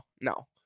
no